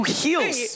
heals